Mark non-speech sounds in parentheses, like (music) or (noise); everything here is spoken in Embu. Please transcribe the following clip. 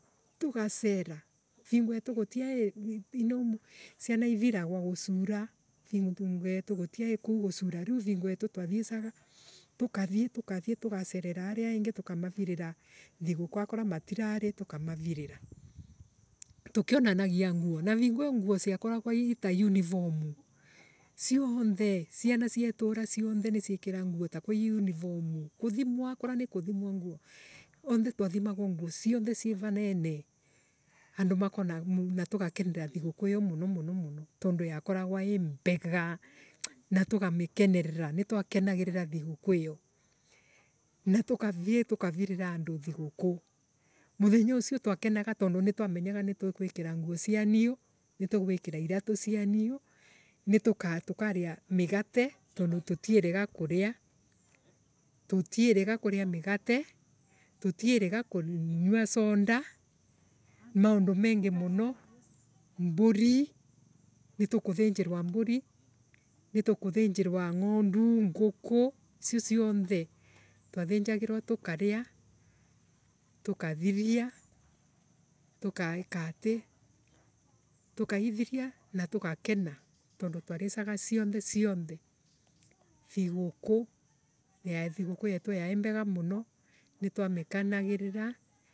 Tuga ceera vingu yetu gutiaii ino ciana iviragwo gucura vingu yetu gutiaii kuu gucuura riu vingu yetu twathiecaga tugaceerera aria engi tukamavirira thiguku akoroa matirarii tukamavirira. tukionagia nguo. Koroa matirarii tukamavirira. tukionanagia nguo. Na vingo iyo nguo ciakorogwa ita yunivomu cioonthe ciana cia itora cianthe nicii kira nguo nitakwa ii yunivomu. Kuuthie akonwo ni kuthimwa nguo onthe twathimagwa nguo cionthe civanene. Andu makonaga Na tugakenera thiguku iyo muno munomuno tondu yakorogwa ii mbega Na (noise) tukamikenerera. Nitwakenagirira thiguku iyo. Na tukathiie tukavirira andu thiguku. Muthenya ucio twakenaga tondu nitwamenyaga nitugwikira nguo cia niuu nitugwikira iratu cia niuu nituka Tukaria migate tondu tutierega kuria tutierega kuria migate. tutierega kunywa sonda maundu mengi muno. mburi nitukuthinjirwa mburi nitukuthinjirwa ngondu nguku icio cionthe twathinjugirwa tukaria. tukathiria. tukaikatii. tukaithiria na tugakena tondu twaricaga cionthe cionthe. Thiguku. thiguku yetu yaimbega muno nitwamikenagirira.